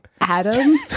Adam